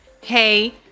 hey